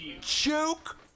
Joke